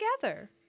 together